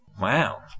Wow